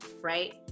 right